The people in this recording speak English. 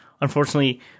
Unfortunately